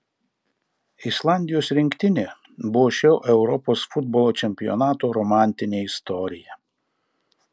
islandijos rinktinė buvo šio europos futbolo čempionato romantinė istorija